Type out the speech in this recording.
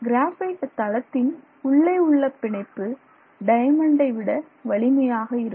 graphite தளத்தின் உள்ளே உள்ள பிணைப்பு டயமண்டை விட வலிமையாக இருக்கும்